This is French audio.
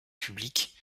public